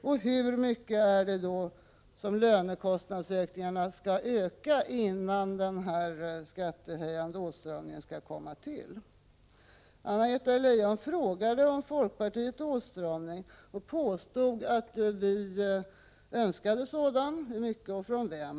Och hur mycket skall lönekostnaderna då öka innan denna skattehöjande åtstramning skall komma till stånd? Anna-Greta Leijon påstod att folkpartiet önskar en åtstramning och ställde några frågor om den.